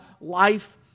life